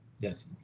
Yes